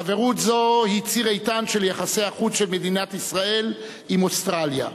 חברות זו היא ציר איתן של יחסי החוץ של מדינת ישראל עם אוסטרליה.